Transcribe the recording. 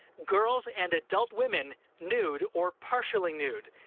girls and adult women nude or partially nude.